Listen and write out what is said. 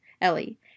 Ellie